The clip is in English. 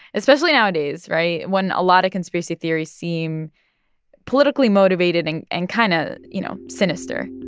especially nowadays right? when a lot of conspiracy theories seem politically motivated and and kind of, you know, sinister.